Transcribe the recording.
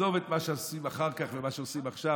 עזוב את מה שעושים אחר כך ומה שעושים עכשיו,